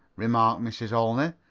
remarked mrs. olney.